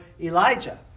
Elijah